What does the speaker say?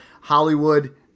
Hollywood